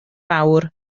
fawr